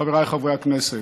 חבריי חברי הכנסת,